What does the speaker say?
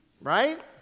Right